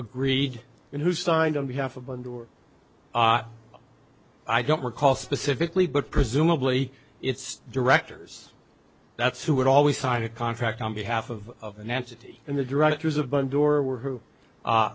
agreed and who signed on behalf of one door i don't recall specifically but presumably it's directors that's who would always sign a contract on behalf of nancy and the directors of